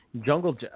Jungle